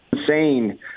insane